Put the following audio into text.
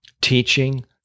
teaching